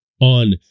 on